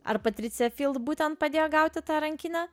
ar patricija būtent padėjo gauti tą rankinę